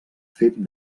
fet